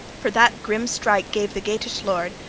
for that grim strife gave the geatish lord,